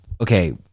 okay